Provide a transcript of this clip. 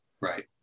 Right